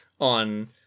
on